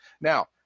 Now